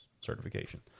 certification